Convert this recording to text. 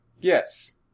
Yes